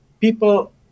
people